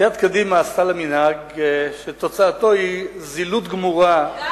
סיעת קדימה עשתה לה מנהג שתוצאתו היא זילות גמורה,